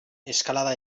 eskalada